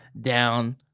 down